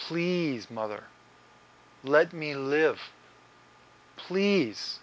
please mother lead me live please